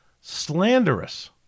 Slanderous